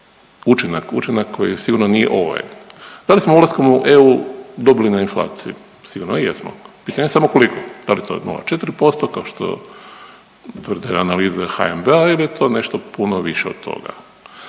učinak koji sigurno nije ovaj. Da li smo ulaskom u EU dobili na inflaciji? Sigurno jesmo, pitanje je samo koliko da li je to 0,4% kao što tvrde analize HNB-a ili je to nešto puno više od toga.